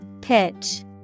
Pitch